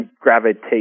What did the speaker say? gravitate